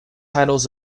titles